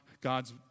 God's